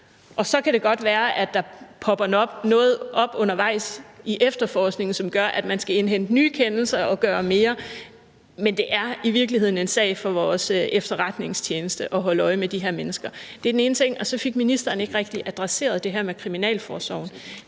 Så kan det godt være, at der popper noget op undervejs i efterforskningen, som gør, at man skal indhente nye kendelser og gøre mere, men det er i virkeligheden en sag for vores efterretningstjeneste at holde øje med de her mennesker. Det er den ene ting. Så fik ministeren ikke rigtig adresseret det her med kriminalforsorgen.